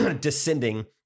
descending